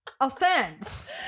offense